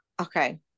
okay